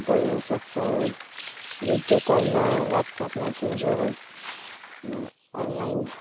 बोल्नु सक्छौँ भिडियो कलमा ह्वाट्सएप मेसेन्जरमा अनलाइन